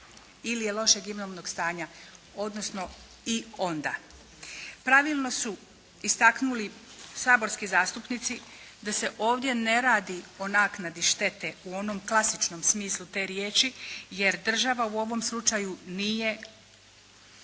ili je lošeg imovnog stanja, odnosno i onda. Pravilno su istaknuli saborski zastupnici da se ovdje ne radi o naknadi štete u onom klasičnom smislu te riječi, jer država u ovom slučaju nije